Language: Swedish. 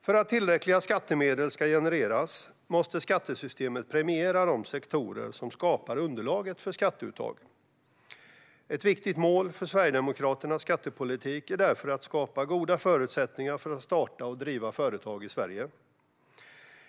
För att tillräckliga skattemedel ska genereras måste skattesystemet premiera de sektorer som skapar underlaget för skatteuttag. Ett viktigt mål för Sverigedemokraternas skattepolitik är därför att skapa goda förutsättningar för att starta och driva företag i Sverige.